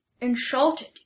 insulted